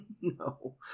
No